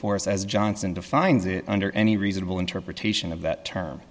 force as johnson defines it under any reasonable interpretation of that term